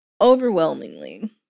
overwhelmingly